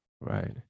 right